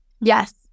Yes